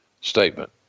statement